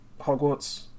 Hogwarts